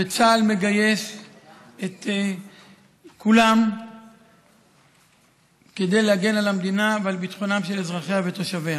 וצה"ל מגייס את כולם כדי להגן על המדינה ועל ביטחונם של אזרחיה ותושביה.